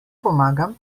pomagam